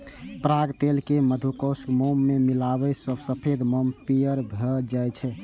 पराग तेल कें मधुकोशक मोम मे मिलाबै सं सफेद मोम पीयर भए जाइ छै